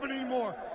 anymore